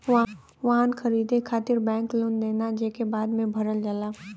वाहन खरीदे खातिर बैंक लोन देना जेके बाद में भरल जाला